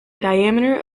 diameter